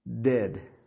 Dead